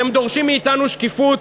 אתם דורשים מאתנו שקיפות,